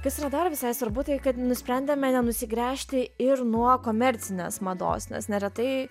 kas yra dar visai svarbu tai kad nusprendėme nenusigręžti ir nuo komercinės mados nes neretai